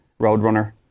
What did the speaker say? roadrunner